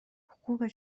خوبه